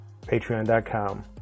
Patreon.com